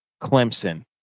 Clemson